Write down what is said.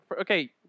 okay